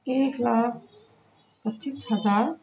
ایک لاکھ پچیس ہزار